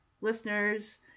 listeners